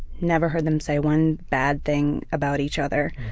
never heard them say one bad thing about each other,